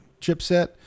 chipset